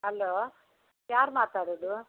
hello ಯಾರು ಮಾತಾಡುವುದು